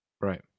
right